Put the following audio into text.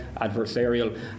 adversarial